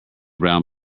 brown